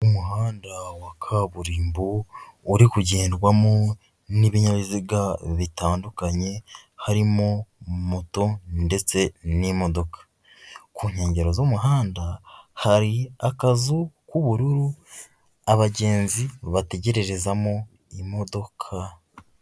Umuhanda wa kaburimbo uri kugendwamo n'ibinyabiziga bitandukanye, harimo moto ndetse n'imodoka, ku nkengero z'umuhanda hari akazu k'ubururu, abagenzi bategererezamo imodoka.